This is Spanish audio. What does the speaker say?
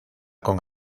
con